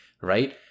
right